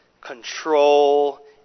control